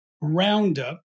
Roundup